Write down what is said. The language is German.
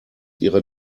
ihrer